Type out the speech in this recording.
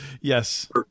Yes